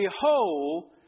Behold